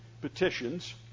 petitions